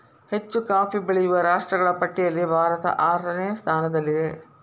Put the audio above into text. ಹೆಚ್ಚು ಕಾಫಿ ಬೆಳೆಯುವ ರಾಷ್ಟ್ರಗಳ ಪಟ್ಟಿಯಲ್ಲಿ ಭಾರತ ಆರನೇ ಸ್ಥಾನದಲ್ಲಿದೆ